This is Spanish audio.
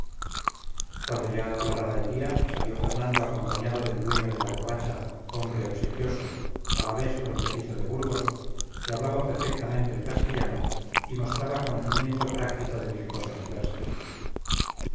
cuando ya aclaraba el día salió fernando acompañado del dueño de la covacha hombre obsequioso alavés fronterizo de burgos que hablaba perfectamente el castellano y mostraba conocimiento práctico de mil cosas diversas